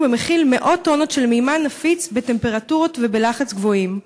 המכיל מאות טונות של מימן נפיץ בטמפרטורות ובלחץ גבוהים?